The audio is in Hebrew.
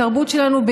בתרבות שלנו,